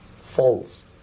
False